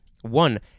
One